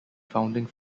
founding